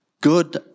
good